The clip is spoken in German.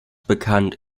bekannt